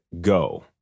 go